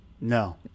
No